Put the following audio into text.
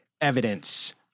evidence